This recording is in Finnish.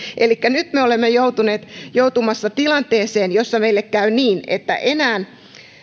elikkä nyt me olemme joutumassa tilanteeseen jossa meille käy niin että enää